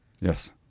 Yes